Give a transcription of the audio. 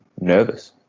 nervous